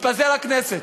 התפזרה הכנסת,